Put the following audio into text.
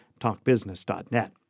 talkbusiness.net